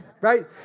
right